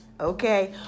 okay